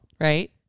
right